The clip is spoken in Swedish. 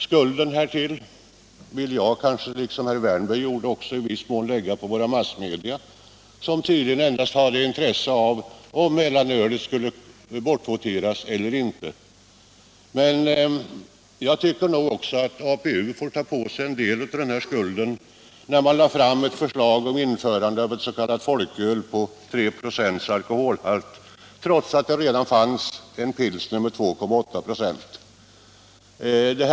Skulden härtill vill jag, som herr Wärnberg också gjorde, i viss mån lägga på våra massmedia, som tydligen endast hade intresse av om mellanölet skulle bortvoteras eller inte. Men jag tycker nog också att APU får ta på sig en del av skulden, när man lade fram ett förslag om införande av ett s.k. folköl på 3,0 96 alkoholhalt, trots att det redan fanns en pilsner med 2,8 96.